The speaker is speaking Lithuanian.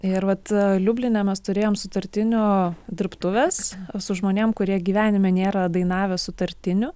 ir vat liubline mes turėjom sutartinių dirbtuves su žmonėm kurie gyvenime nėra dainavę sutartinių